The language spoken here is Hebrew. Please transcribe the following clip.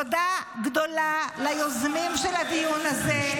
תודה גדולה ליוזמים של הדיון הזה,